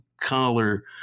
collar